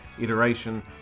iteration